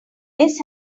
miss